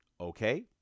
Okay